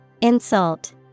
Insult